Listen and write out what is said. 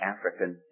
African